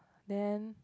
then